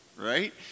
right